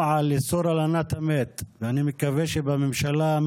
(הישיבה נפסקה בשעה 10:22 ונתחדשה בשעה